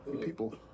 people